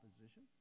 opposition